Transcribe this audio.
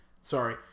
sorry